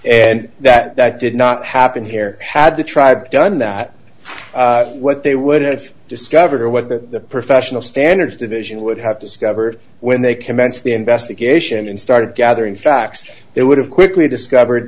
and that that did not happen here had the tribes done that what they would have discovered or what the professional standards division would have discovered when they commenced the investigation and started gathering facts they would have quickly discovered